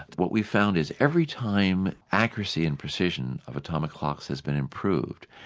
what we've found is every time accuracy and precision of atomic clocks have been improved,